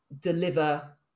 deliver